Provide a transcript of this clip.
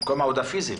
מקום עבודה הפיזי.